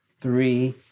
three